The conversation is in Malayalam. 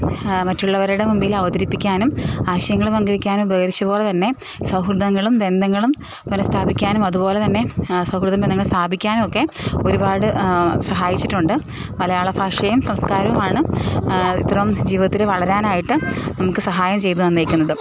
മറ്റുള്ളവരുടെ മുമ്പിൽ അവതരിപ്പിക്കാനും ആശയങ്ങൾ പങ്കുവെക്കാനും ഉപകരിച്ചപോലെ തന്നെ സൗഹൃദങ്ങളും ബന്ധങ്ങളും പുനസ്ഥാപിക്കാനും അതുപോലെത്തന്നെ സൗഹൃദ ബന്ധങ്ങൾ സ്ഥാപിക്കാനും ഒക്കെ ഒരുപാട് സഹായിച്ചിട്ടുണ്ട് മലയാള ഭാഷയും സംസ്കാരവുമാണ് ഇത്തരം ജീവിതത്തിൽ വളരാനായിട്ട് നമുക്ക് സഹായം ചെയ്ത് തന്നേക്കുന്നതും